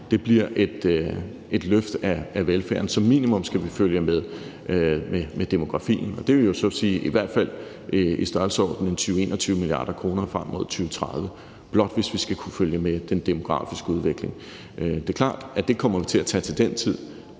dér, bliver et løft af velfærden, som som minimum skal kunne følge med demografien. Det vil jo så sige et beløb i hvert fald i størrelsesordenen 20-21 mia. kr. frem mod 2030, hvis vi blot skal kunne følge med den demografiske udvikling. Det er klart, at det kommer vi til at tage til den tid.